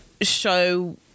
show